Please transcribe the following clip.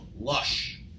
Lush